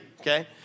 okay